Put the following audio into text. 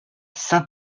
saint